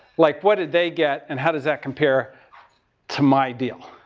like, what did they get, and how does that compare to my deal?